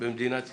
במדינת ישראל.